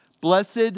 Blessed